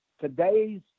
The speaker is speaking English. today's